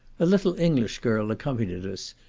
a little english girl accompanied us,